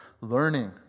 learning